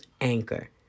Anchor